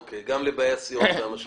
אוקי, גם לבאי הסיעות והמשקיפים.